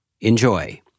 enjoy